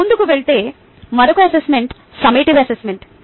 ముందుకి వెళ్తే మరొక అసెస్మెంట్ సమ్మటివ్ అసెస్మెంట్